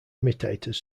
imitators